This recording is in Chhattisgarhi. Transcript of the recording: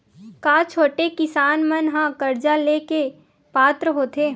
का छोटे किसान मन हा कर्जा ले के पात्र होथे?